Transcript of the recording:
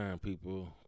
people